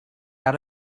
out